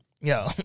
Yo